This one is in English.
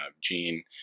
Gene